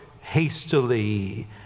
hastily